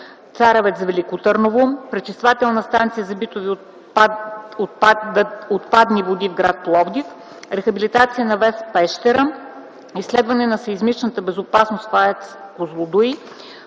„Царевец–Велико Търново”; „Пречиствателна станция за битови отпадни води в гр. Пловдив”; „Рехабилитация на ВЕЦ „Пещера”; „Изследване на сеизмичната безопасност в АЕЦ „Козлодуй”;